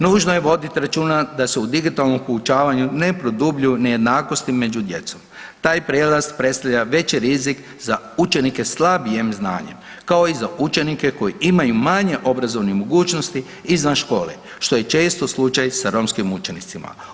Nužno je voditi računa da se u digitalnom poučavanju ne produbljuju nejednakosti među djecom, taj prijelaz predstavlja veći rizik za učenike slabijeg znanja kao i za učenike koji imaju manje obrazovnih mogućnosti izvan škole što je često slučaj sa romskim učenicima.